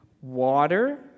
Water